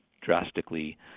drastically